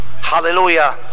Hallelujah